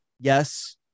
yes